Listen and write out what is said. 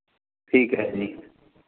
ਠੀਕ ਹੈ ਜੀ